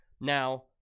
Now